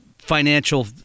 financial